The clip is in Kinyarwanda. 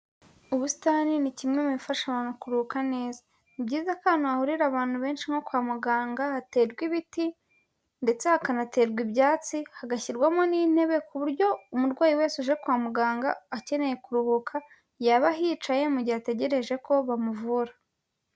Ubusitani ni kimwe mu bifasha abantu kuruhuka neza, ni byiza ko ahantu hahurira abantu benshi nko kwa muganga haterwa ibiti ndetse hakanaterwa ibyatsi, hagashyirwamo n'intebe ku buryo umurwayi wese uje kwa muganga akeneye kuruhuka yaba yicaye mu gihe ategereje ko bamuvura.